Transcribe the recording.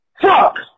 Fuck